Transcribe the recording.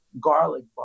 garlic